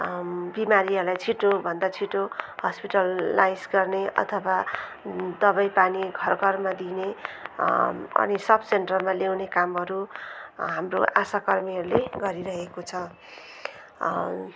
बिमारीहरलाई छिटोभन्दा छिट्टो हस्पिटल लाइस गर्ने अथवा दबाईपानी घर घरमा दिने अनि सब सेन्टरमा ल्याउने कामहरू हाम्रो आसाकर्मीहरूले गरिरहेको छ